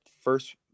first